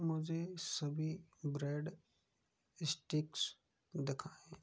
मुझे सभी bread sticks दिखाएँ